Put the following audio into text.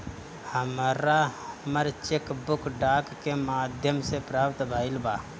हमरा हमर cheque book डाक के माध्यम से प्राप्त भईल बा